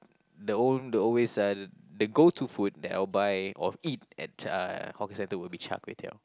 the own the always sell the go-to food that I'll buy or eat at uh hawker-centre would be Char-Kway-Teow